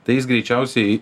tai jis greičiausiai